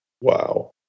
wow